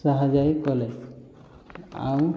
ସାହାଯ୍ୟ ବି କଲେ ଆଉ